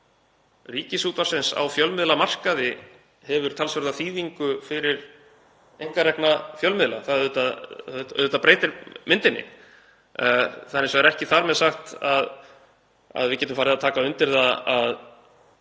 staða Ríkisútvarpsins á fjölmiðlamarkaði hefur talsverða þýðingu fyrir einkarekna fjölmiðla. Það auðvitað breytir myndinni. Það er hins vegar ekki þar með sagt að við getum farið að taka undir það að